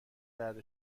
درد